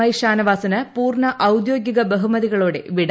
I ഷാനവാസിന് പൂർണ്ണ ഔദ്യോഗിക്ട് ബഹുമതികളോടെ വിട